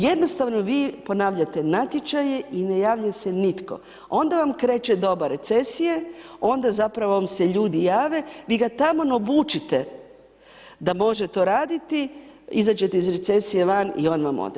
Jednostavno vi ponavljate natječaje i ne javlja se nitko, onda vam kreće doba recesije, onda zapravo vam se ljudi jave, vi ga tamo obučite da može to raditi, izađete iz recesije van i on vam ode.